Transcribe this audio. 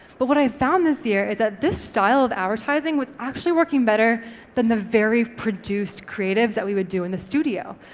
but what i found this year is that this style of advertising was actually working better than the very produced creatives that we would do in the studio,